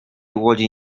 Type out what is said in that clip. łodzi